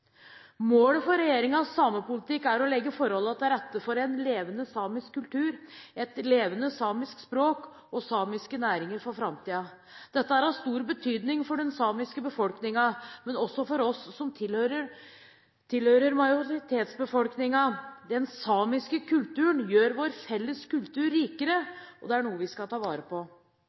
Målet for regjeringens samepolitikk er å legge forholdene til rette for en levende samisk kultur, et levende samisk språk og samiske næringer for framtiden. Dette er av stor betydning for den samiske befolkningen, men også for oss som tilhører majoritetsbefolkningen. Den samiske kulturen gjør vår felles kultur rikere, og det er noe vi skal ta vare på.